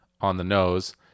on-the-nose